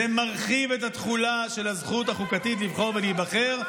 זה מרחיב את התחולה של הזכות החוקתית לבחור ולהיבחר,